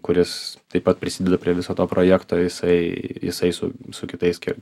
kuris taip pat prisideda prie viso to projekto jisai jisai su su kitais kie